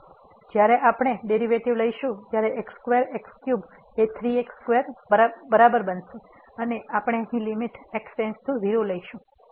તેથી જ્યારે આપણે ડેરિવેટિવ લઈશું ત્યારે x2x3 એ 3 x2 બનશે અને આપણે અહીં લીમીટ x → 0 લઈશું